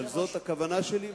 אבל זאת הכוונה שלי,